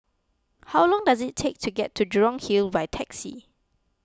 how long does it take to get to Jurong Hill by taxi